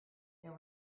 there